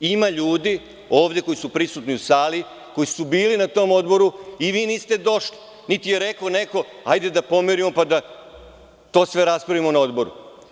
Ima ljudi koji su prisutni u sali, koji su bili na tom odboru, a vi niste došli, niti je rekao neko - hajde da pomerimo, pa da to sve raspravimo na odboru.